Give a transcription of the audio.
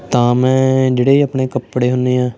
ਤਾਂ ਮੈਂ ਜਿਹੜੇ ਆਪਣੇ ਕੱਪੜੇ ਹੁੰਦੇ ਆ